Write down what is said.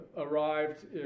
arrived